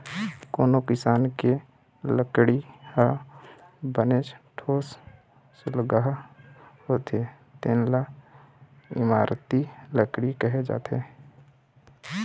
कोनो किसम के लकड़ी ह बनेच ठोसलगहा होथे तेन ल इमारती लकड़ी कहे जाथे